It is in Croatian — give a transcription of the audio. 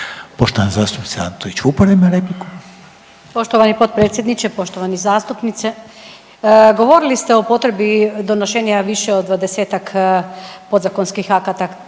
Vupora ima repliku. **Antolić Vupora, Barbara (SDP)** Poštovani potpredsjedniče. Poštovani zastupniče, govorili ste o potrebi donošenja više od 20-tak podzakonskih akata